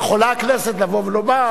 יכולה הכנסת לומר,